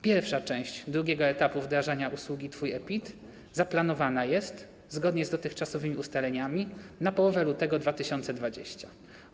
Pierwsza część drugiego etapu wdrażania usługi Twój e-PIT zaplanowana jest zgodnie z dotychczasowymi ustaleniami na połowę lutego 2020 r.